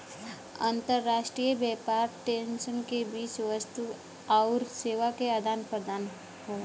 अंतर्राष्ट्रीय व्यापार देशन के बीच वस्तु आउर सेवा क आदान प्रदान हौ